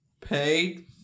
paid